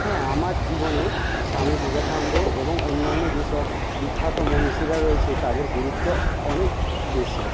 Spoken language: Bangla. হ্যাঁ আমার জীবনে স্বামী বিবেকানন্দ এবং অন্যান্য যেসব বিখ্যাত মনীষীরা রয়েছে তাদের গুরুত্ব অনেক বেশি